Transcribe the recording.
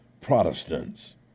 Protestants